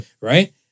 right